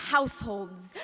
Households